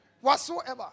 Whatsoever